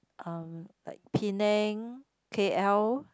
uh like Penang k_l